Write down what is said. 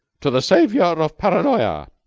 to the savior of paranoya!